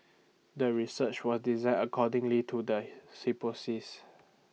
the research was designed accordingly to the hypothesis